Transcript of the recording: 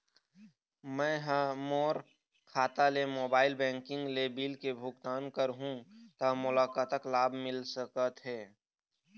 मैं हा मोर खाता ले मोबाइल बैंकिंग ले बिल के भुगतान करहूं ता मोला कतक लाभ मिल सका थे?